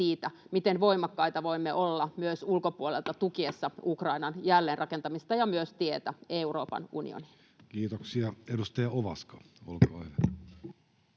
miten voimakkaita voimme olla tukiessa myös ulkopuolelta Ukrainan jälleenrakentamista ja myös tietä Euroopan unioniin. Kiitoksia. — Edustaja Ovaska, olkaa hyvä.